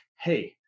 Hey